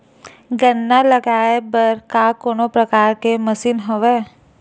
गन्ना लगाये बर का कोनो प्रकार के मशीन हवय?